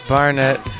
Barnett